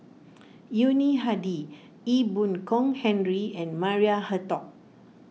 Yuni Hadi Ee Boon Kong Henry and Maria Hertogh